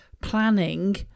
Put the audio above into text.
planning